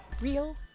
real